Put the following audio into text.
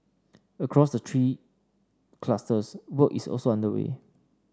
across the three clusters work is also underway